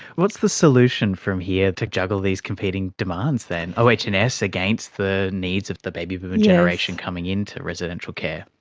what's the solution from here to juggle these competing demands then, oh and s against the needs of the baby boomer generation coming into residential care?